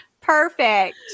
perfect